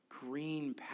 green